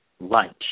lunch